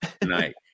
tonight